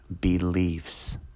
beliefs